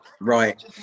right